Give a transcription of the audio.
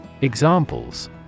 Examples